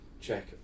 check